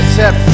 set